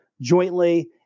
jointly